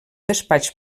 despatx